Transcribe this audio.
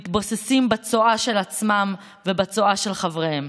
הם מתבוססים בצואה של עצמם ובצואה של חבריהם.